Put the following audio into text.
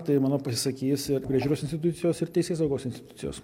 tai manau pasisakys ir priežiūros institucijos ir teisėsaugos institucijos